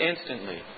instantly